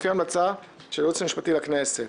לפי המלצה של הייעוץ המשפטי לכנסת,